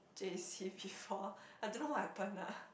J_C before I don't know what happen lah